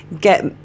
get